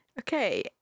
okay